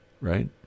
right